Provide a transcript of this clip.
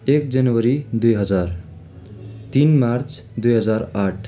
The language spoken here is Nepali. एक जनवरी दुई हजार तिन मार्च दुई हजार आठ